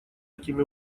этими